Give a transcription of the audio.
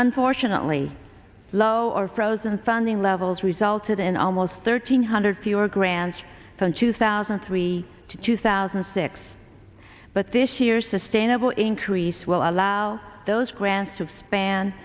unfortunately low or frozen funding levels resulted in almost thirteen hundred fewer grants from two thousand and three to two thousand six but this year's sustainable increase will allow those grants of span